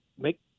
make